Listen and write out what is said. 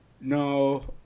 no